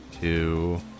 Two